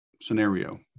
scenario